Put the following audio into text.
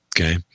Okay